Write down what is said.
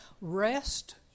rest